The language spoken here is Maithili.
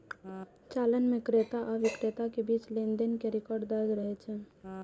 चालान मे क्रेता आ बिक्रेता के बीच लेनदेन के रिकॉर्ड दर्ज रहै छै